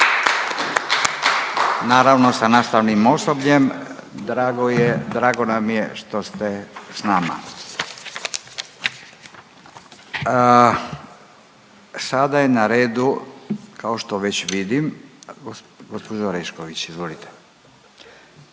naravno sa nastavnim osobljem. Drago je, drago nam je što ste s nama. Sada je na redu kao što već vidim gospođa Orešković, izvolite.